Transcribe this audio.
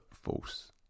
false